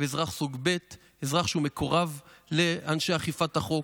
ואזרח סוג ב', אזרח שהוא מקורב לאנשי אכיפת החוק.